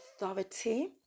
authority